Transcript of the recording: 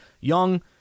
young